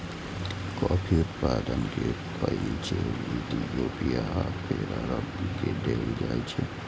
coffee उत्पादन के पहिल श्रेय इथियोपिया आ फेर अरब के देल जाइ छै